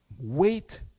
wait